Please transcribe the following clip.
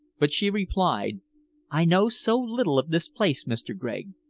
but she replied i know so little of this place, mr. gregg.